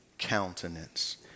Countenance